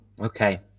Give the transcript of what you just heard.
Okay